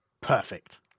Perfect